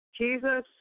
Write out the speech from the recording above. Jesus